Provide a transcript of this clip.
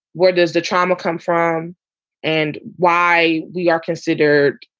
where does the trauma come from and why we are considered,